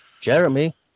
Jeremy